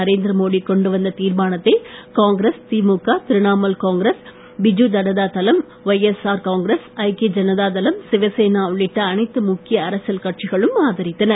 நரேந்திர மோடி கொண்டு வந்த தீர்மானத்தை Congress DMK Trinamool Congress Biju Janata Dal Y S R Congress ஐக்கிய ஜனதா தளம் சிவசேனா உள்ளிட்ட அனைத்து முக்கிய அரசியல் கட்சிகளும் ஆதரித்தன